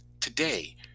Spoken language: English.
Today